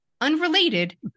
unrelated